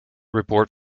report